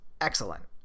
excellent